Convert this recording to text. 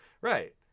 Right